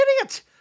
idiot